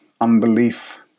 unbelief